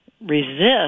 resist